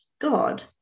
God